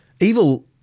Evil